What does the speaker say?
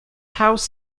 house